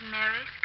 Mary